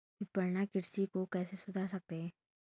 विपणन कृषि को कैसे सुधार सकते हैं?